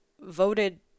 voted